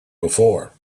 before